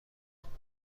موانع